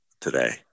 today